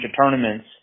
tournaments